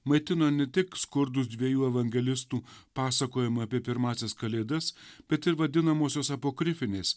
maitino ne tik skurdūs dviejų evangelistų pasakojimai apie pirmąsias kalėdas bet ir vadinamosios apokrifinės